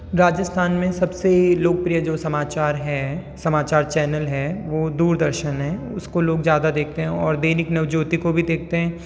राजस्थान में सबसे लोकप्रिय जो समाचार हैं समाचार चैनल चैनल हैं वो दूरदर्शन है उसको लोग ज़्यादा देखते हैं और दैनिक नवज्योति को भी देखते हैं